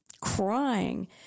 crying